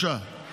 3 כל שנה.